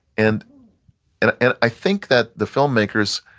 and and and i think that the filmmakers,